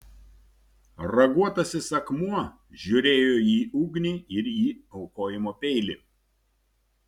raguotasis akmuo žiūrėjo į ugnį ir į aukojimo peilį